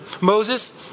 Moses